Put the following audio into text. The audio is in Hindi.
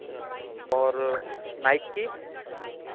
और नाइकी